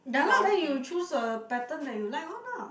ya lah then you choose a pattern that you like one lah